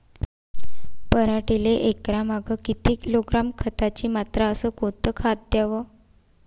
पराटीले एकरामागं किती किलोग्रॅम खताची मात्रा अस कोतं खात द्याव?